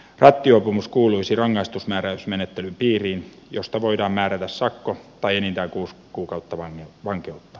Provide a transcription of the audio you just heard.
rattijuopumus kuuluisi rangaistusmääräysmenettelyn piiriin josta voidaan määrätä sakko tai enintään kuusi kuukautta vankeutta